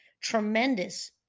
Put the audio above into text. tremendous